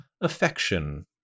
affection